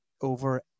over